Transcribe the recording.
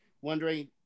Wondering